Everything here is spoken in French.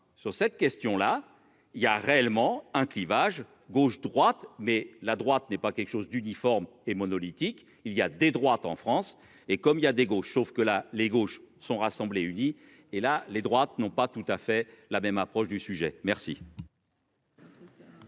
sur cette question là, il y a réellement un clivage gauche droite, mais la droite n'est pas quelque chose d'uniforme et monolithique. Il y a des droites en France et comme il y a des gauches, sauf que là, les gauches sont rassemblées unis et là les droites non pas tout à fait la même approche du sujet merci.